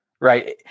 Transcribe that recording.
Right